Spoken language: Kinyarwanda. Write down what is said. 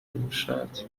k’ubushake